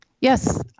Yes